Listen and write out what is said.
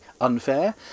unfair